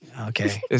Okay